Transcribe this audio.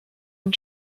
and